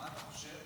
מה אתה חושב?